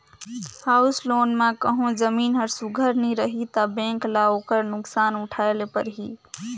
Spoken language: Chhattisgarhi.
हाउस लोन म कहों जमीन हर सुग्घर नी रही ता बेंक ल ओकर नोसकान उठाए ले परही